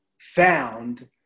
found